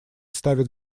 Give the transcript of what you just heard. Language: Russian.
ставит